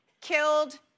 killed